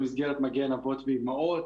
במסגרת מגן אבות ואימהות,